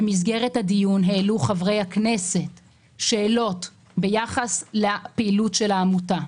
במסגרת הדיון העלו חברי הכנסת שאלות ביחס לפעילות של העמותה.